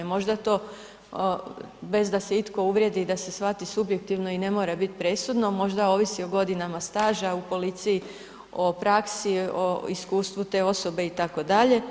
Možda to bez da se itko uvrijedi i da se shvati subjektivno i ne mora biti presudno, možda ovisi o godinama straža u policiji, o praksi, o iskustvu te osobe, itd.